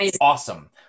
awesome